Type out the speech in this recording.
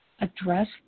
Address